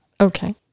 Okay